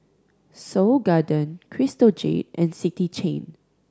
Seoul Garden Crystal Jade and City Chain